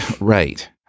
right